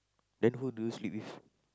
then who do you sleep with